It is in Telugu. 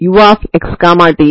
కాబట్టి λ2 తో ప్రారంభించండి